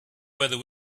whether